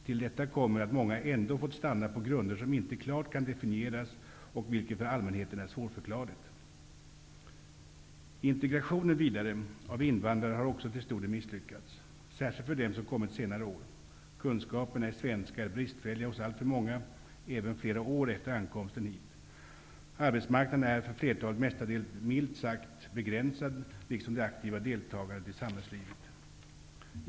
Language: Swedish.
Till detta kom mer att många ändå fått stanna på grunder som inte klart kan definieras, vilket för allmänheten är svårförklarigt. Integrationen av invandrare har också till stor del misslyckats, särskilt för dem som kommit un der senare år. Kunskaperna i svenska är bristfäl liga hos alltför många även flera år efter ankoms ten hit. Arbetsmarknaden är för flertalet mesta dels milt sagt begränsad liksom det aktiva delta gandet i samhällslivet.